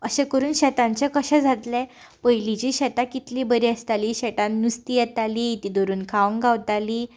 अशें करून शेतांचें कशें जातलें पयलींचीं शेतां कितलीं बरीं आसतालीं शेतांत नुस्तीं येतालीं तीं धरून खावूंक गावतालीं